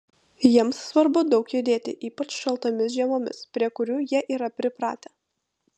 jiems svarbu daug judėti ypač šaltomis žiemomis prie kurių jie yra pripratę